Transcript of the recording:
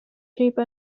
shape